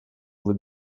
vous